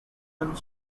source